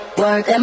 work